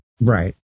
Right